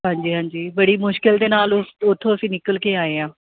ਹਾਂਜੀ ਹਾਂਜੀ ਬੜੀ ਮੁਸ਼ਕਿਲ ਦੇ ਨਾਲ ਉਥੋਂ ਅਸੀਂ ਨਿਕਲ ਕੇ ਆਏ ਹਾਂ